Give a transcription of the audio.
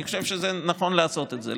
אני חושב שנכון לעשות את זה.